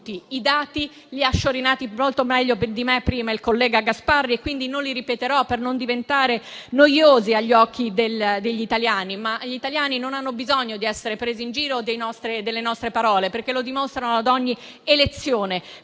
stati prima sciorinati molto meglio di me dal collega Gasparri e non li ripeterò per non farli diventare noiosi agli occhi degli italiani. Gli italiani non hanno bisogno di essere presi in giro o delle nostre parole, perché ad ogni elezione